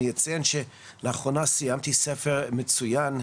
אני אציין שלאחרונה סיימתי ספר מצויין,